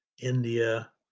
India